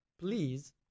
Please